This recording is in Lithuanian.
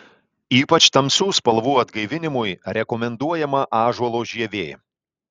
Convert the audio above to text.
ypač tamsių spalvų atgaivinimui rekomenduojama ąžuolo žievė